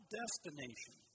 destination